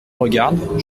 regarde